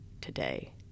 today